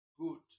good